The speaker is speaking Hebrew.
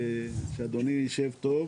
שאדוני ישב טוב,